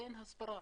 אין הסברה.